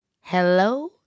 Hello